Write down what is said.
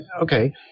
okay